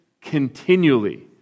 continually